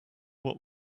what